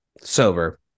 sober